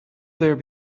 there